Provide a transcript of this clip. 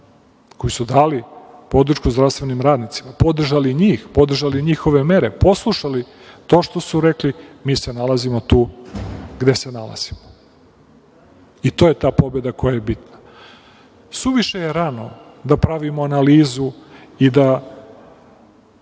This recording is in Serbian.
koji su dali podršku zdravstvenim radnicima, podržali njih, podržali njihove mere, poslušali to što su rekli, mi se nalazimo tu gde se nalazimo. To je ta pobeda koja je bitna. Suviše je rano da pravimo analizu i da